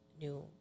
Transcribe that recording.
new